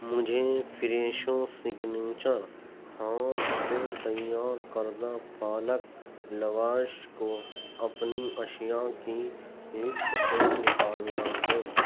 مجھے Fresho signature ہاتھ سے تیار کردہ پالک لواش کو اپنی اشیا کی لسٹ سے نکالنا ہے